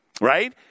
right